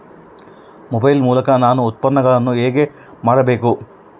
Mobile ಮೂಲಕ ನಾನು ಉತ್ಪನ್ನಗಳನ್ನು ಹೇಗೆ ಮಾರಬೇಕು?